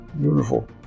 beautiful